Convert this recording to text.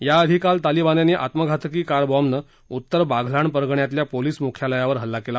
याआधी काल तालिबान्यांनी आत्मघातकी कार बाँबनं उत्तर बाघलाण परगण्यातल्या पोलीस मुख्यालयावर हल्ला केला